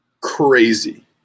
Crazy